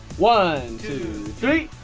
one, two, three!